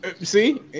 See